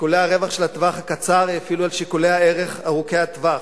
שיקולי רווח של הטווח קצר האפילו על שיקולי ערך ארוכי הטווח,